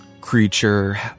Creature